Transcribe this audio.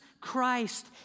Christ